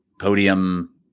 podium